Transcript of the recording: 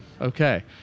Okay